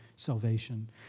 salvation